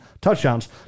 touchdowns